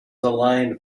aligned